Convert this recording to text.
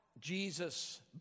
Jesus